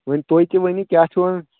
وۄنۍ تُہۍ تہِ ؤنو کیٛاہ چھو وَنان